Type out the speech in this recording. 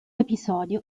episodio